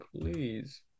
please